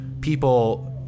people